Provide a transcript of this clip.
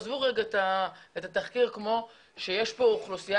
עזבו רגע את התחקיר כמו שיש פה אוכלוסייה